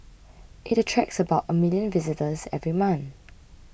it attracts about a million visitors every month